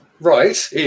right